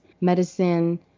Medicine